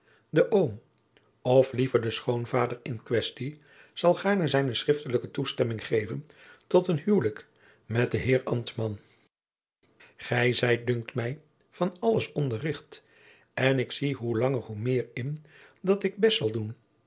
de oom of liever de schoonvader in quaestie zal gaarne zijne schriftelijke toestemming geven tot een huwelijk met den heer ambtman gij zijt dunkt mij van alles onderricht en ik zie hoe langer hoe meer in dat ik best zal doen